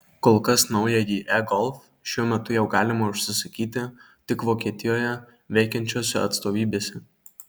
kol kas naująjį e golf šiuo metu jau galima užsisakyti tik vokietijoje veikiančiose atstovybėse